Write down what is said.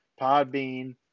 Podbean